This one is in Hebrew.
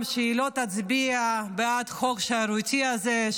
שהיא לא תצביע בעד החוק השערורייתי הזה,